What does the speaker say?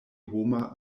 homa